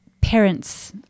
parents